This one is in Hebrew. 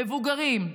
מבוגרים,